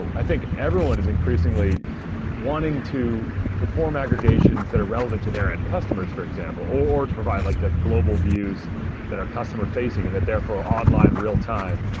i think everyone is increasingly wanting to perform aggregations that are relevant to their end customers, for example, or to provide like ah global views that are customer-facing, and that therefore online real time.